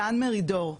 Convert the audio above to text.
דן מרידור,